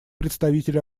представитель